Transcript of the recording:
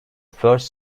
first